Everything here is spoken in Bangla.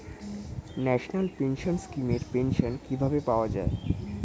ন্যাশনাল পেনশন স্কিম এর পেনশন কিভাবে পাওয়া যায়?